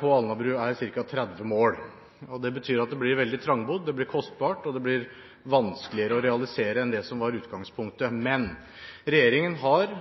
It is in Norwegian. på Alnabru, er ca. 30 mål. Det betyr at det blir veldig trangbodd, det blir kostbart og det blir vanskeligere å realisere enn det som var utgangspunktet. Men regjeringen – og jeg – har